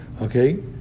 Okay